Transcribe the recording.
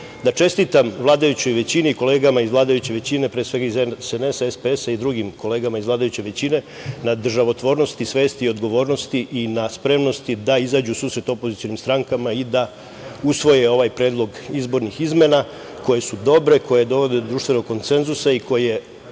da čestitam vladajućoj većini, kolegama iz vladajuće većine, pre svega iz SNS, SPS i drugim kolegama iz vladajuće većine na državotvornosti, svesti, odgovornosti i na spremnosti da izađu u susret opozicionim strankama da usvoje ovaj predlog izborni izmena koje su dobre, koje dovode do društvenog konsenzusa i koje